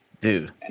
Dude